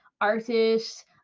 artists